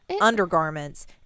undergarments